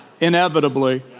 inevitably